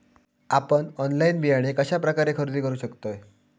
आपन ऑनलाइन बियाणे कश्या प्रकारे खरेदी करू शकतय?